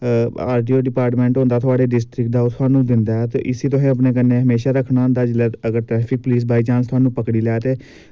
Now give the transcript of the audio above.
RTO department होंदा थुआढ़े district दा होंदा ऐ ते इसी असें अपने कन्नै हमेशा रक्खना होंदा जेल्लै अगर पुलिस बॉय चांस थुहानू पकड़ी लै ते